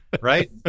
right